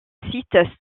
site